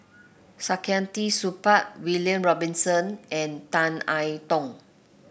Saktiandi Supaat William Robinson and Tan I Tong